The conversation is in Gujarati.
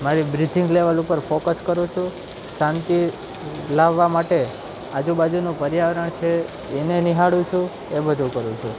મારી બ્રિથિંગ લેવલ ઉપર ફોકસ કરું છું શાંતિ લાવવા માટે આજુબાજુનું પર્યાવરણ છે એને નિહાળું છું એ બધું કરું છું